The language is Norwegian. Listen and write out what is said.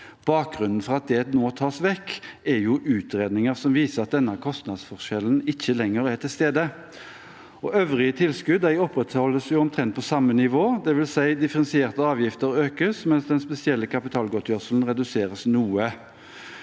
Bakgrunnen for at det nå tas vekk er utredninger som viser at denne kostnadsforskjellen ikke lenger er til stede. Øvrige tilskudd opprettholdes på omtrent samme nivå, dvs. at differensierte avgifter økes, mens den spesielle kapitalgodtgjørelsen reduseres noe.